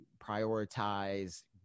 prioritize